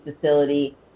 facility